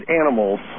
animals